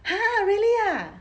!huh! really ah